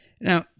Now